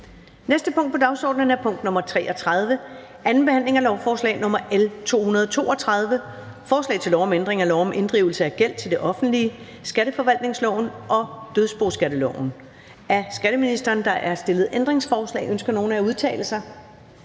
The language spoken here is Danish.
næste punkt på dagsordenen er: 33) 2. behandling af lovforslag nr. L 232: Forslag til lov om ændring af lov om inddrivelse af gæld til det offentlige, skatteforvaltningsloven og dødsboskatteloven. (Ændringer med henblik på at understøtte overførsel af